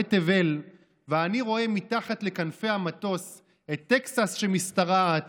ואני רואה מתחת לכנפי המטוס את טקסס שמשתרעת